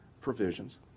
provisions